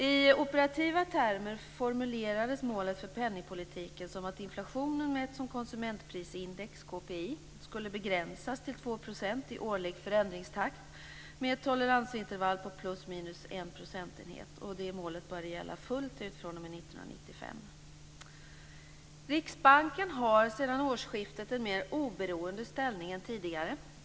I operativa termer formulerades målet för penningpolitiken som att inflationen, mätt som konsumentprisindex, KPI, skulle begränsas till 2 % i årlig förändringstakt med ett toleransintervall på plus minus en procentenhet. Detta mål började fullt ut att gälla fr.o.m. 1995. Riksbanken har sedan årsskiftet en mer oberoende ställning än tidigare.